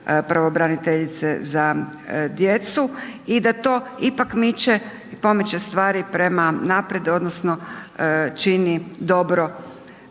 pravobraniteljice za djecu i da to ipak miče i pomiče stvari prema naprijed odnosno čini dobro